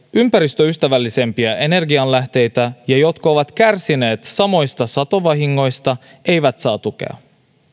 ympäristöystävällisempiä energianlähteitä ja jotka ovat kärsineet samoista satovahingoista eivät saa tukea